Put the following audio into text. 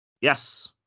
Yes